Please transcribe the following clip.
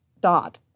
dot